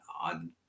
on